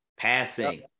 Passing